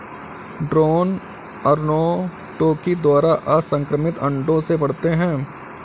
drone अर्नोटोकी द्वारा असंक्रमित अंडों से बढ़ते हैं